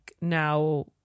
now